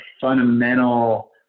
fundamental